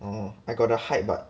orh I got the height but